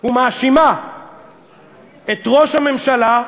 ומאשימה את ראש הממשלה.